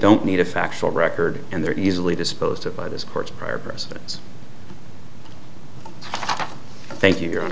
don't need a factual record and they're easily disposed of by this court's prior presidents thank you